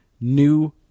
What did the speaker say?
new